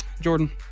Jordan